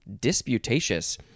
disputatious